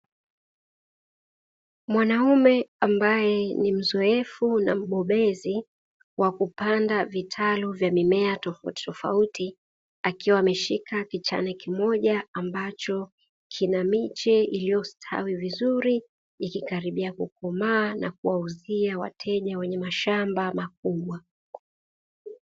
Mwanaume ambaye ni mzoefu na mbobezi kwa kupanda vitalu vya mimea tofautitofauti, akiwa ameshika kichane kimoja ambacho kina miche iliyostawi vizuri, ikikaribia kukomaa na kuwauzia wateja wenye mashamba makubwa.